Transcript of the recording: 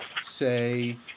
say